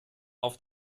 auf